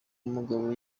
umugabo